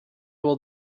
will